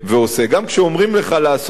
גם כשאומרים לך לעשות משהו,